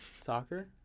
Soccer